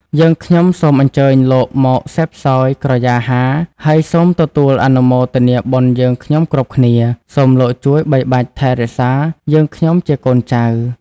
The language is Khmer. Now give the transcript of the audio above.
យើងខ្ញុំសូមអញ្ជើញលោកមកសេពសោយក្រយាហា ហើយសូមទទួលអនុមោទនាបុណ្យយើងខ្ញុំគ្រប់គ្នា សូមលោកជួយបីបាច់ថែរក្សាយើងខ្ញុំជាកូនចៅ